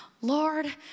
Lord